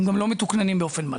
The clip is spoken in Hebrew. הם גם לא מתוקננים באופן מלא,